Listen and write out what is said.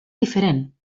diferent